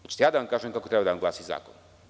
Hoćete li ja da vam kažem kako treba da vam glasi zakon?